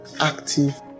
active